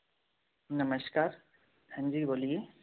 नमस्कार हाँ जी बोलिए